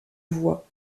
voix